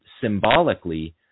symbolically